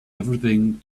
everything